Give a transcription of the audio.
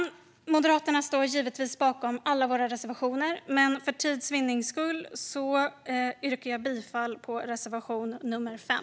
Vi i Moderaterna står givetvis bakom alla våra reservationer, men för tids vinnande yrkar jag bifall endast till reservation nummer 5.